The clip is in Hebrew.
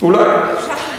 אולי.